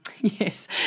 yes